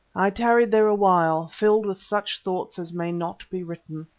i tarried there a while, filled with such thoughts as may not be written.